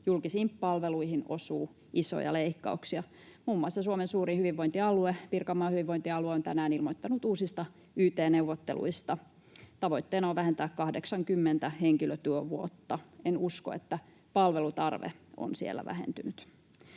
julkisiin palveluihin osuu isoja leikkauksia, ja muun muassa Suomen suurin hyvinvointialue, Pirkanmaan hyvinvointialue, on tänään ilmoittanut uusista yt-neuvotteluista. Tavoitteena on vähentää 80 henkilötyövuotta. En usko, että palvelutarve on siellä vähentynyt.